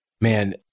Man